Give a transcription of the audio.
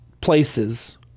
places